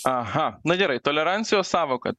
aha na gerai tolerancijos sąvoka